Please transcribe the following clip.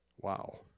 wow